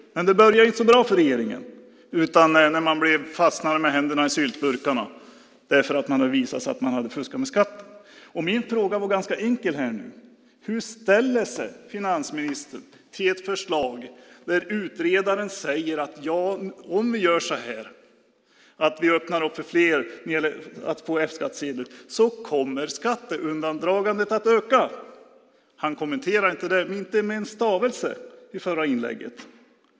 Men det börjar inte så bra för regeringen när man fastnar med händerna i syltburkarna därför att det visat sig att man hade fuskat med skatten. Min fråga var ganska enkel: Hur ställer sig finansministern när utredaren säger att om vi öppnar för fler att få F-skattsedel kommer skatteundandragandet att öka? Finansministern kommenterade det inte med en stavelse i förra inlägget.